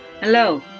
Hello